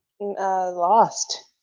lost